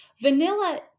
Vanilla